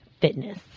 Fitness